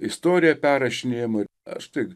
istorija perrašinėjama aš tik